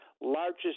largest